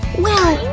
well,